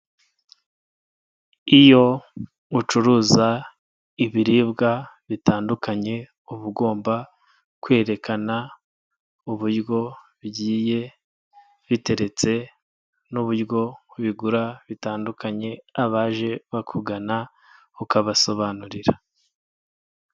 Iyo ucuruza ibiribwa bitandukanye uba ugomba kwerekana uburyo bigiye biteretse n'uburyo ubigura bitandukanye abaje bakugana ukabasobanurira.